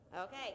Okay